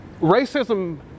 Racism